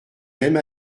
même